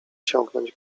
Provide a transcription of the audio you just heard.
ciągnąć